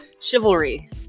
chivalry